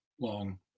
long